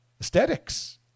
Aesthetics